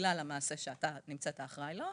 בגלל המעשה שהוא נמצא אחראי לו.